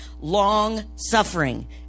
long-suffering